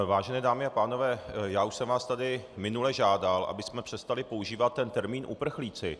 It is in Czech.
Vážené dámy a pánové, já už jsem vás tady minule žádal, abychom přestali používat ten termín uprchlíci.